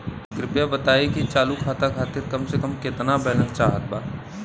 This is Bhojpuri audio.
कृपया बताई कि चालू खाता खातिर कम से कम केतना बैलैंस चाहत बा